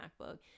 macbook